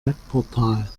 webportal